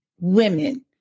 Women